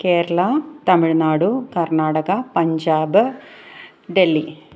Kerala Tamil Nadu Karnataka Punjab Delhi